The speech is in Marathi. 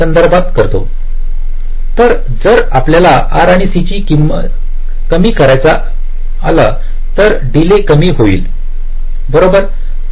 तर जर आपल्याला R किंवा C कमी करता आला तर डीले कमी होईल बरोबर